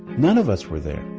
none of us were there